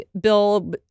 Bill